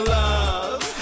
love